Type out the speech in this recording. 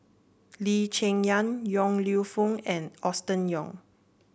Lee Cheng Yan Yong Lew Foong and Austen Ong